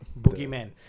Boogeyman